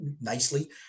nicely